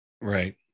Right